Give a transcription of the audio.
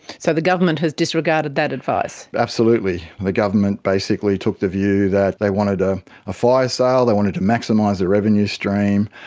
so the government has disregarded that advice. absolutely. the government basically took the view that they wanted a fire sale, they wanted to maximise their revenue stream,